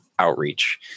Outreach